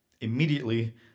Immediately